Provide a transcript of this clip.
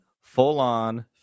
full-on